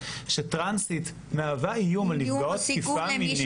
- שטרנסית מהווה איום על נפגעות תקיפה מינית,